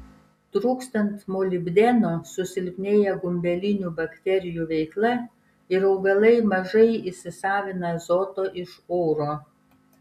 trūkstant molibdeno susilpnėja gumbelinių bakterijų veikla ir augalai mažai įsisavina azoto iš oro